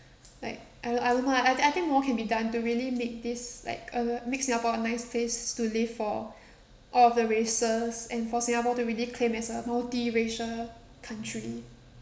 like I don't I don't know lah I think I think more can be done to really make this like uh makes singapore a nice place to live for all of the races and for singapore to really claim as a multiracial country